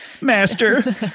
master